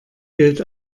gilt